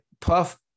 Puff